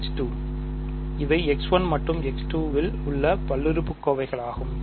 R இவை மற்றும் இல் உள்ள பல்லுறுப்புக்கோவைகளாகும்